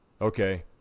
Okay